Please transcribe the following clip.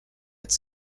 its